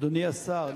אדוני השר,